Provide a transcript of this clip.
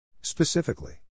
Specifically